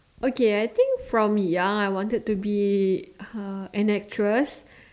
okay I think from young I wanted to be uh an actress